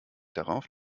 darauf